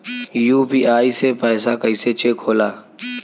UPI से पैसा कैसे चेक होला?